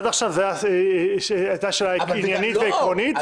עד עכשיו זו הייתה שאלה עניינית ועקרונית,